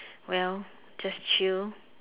well just chill